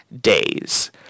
days